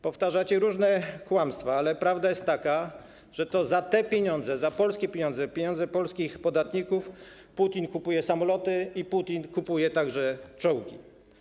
Powtarzacie różne kłamstwa, ale prawda jest taka, że to za te pieniądze, za polskie pieniądze, pieniądze polskich podatników Putin kupuje samoloty i Putin kupuje także czołgi.